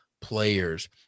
players